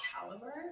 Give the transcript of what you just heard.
caliber